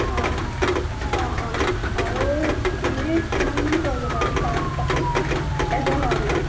অঁ অঁ অঁ আৰু ইনেই কিমানমান পৰিব বাৰু খৰচ পাতি এজনৰ মানে